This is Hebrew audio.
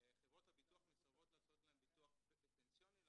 חברות הביטוח מסרבות לעשות ביטוח פנסיוני לפלשתינאים שעובדים